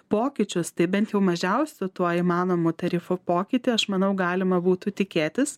pokyčius tai bent jau mažiausiu tuo įmanomu tarifo pokytį aš manau galima būtų tikėtis